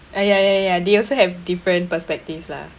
ah ya ya ya they also have different perspectives lah